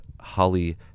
Holly